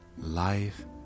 life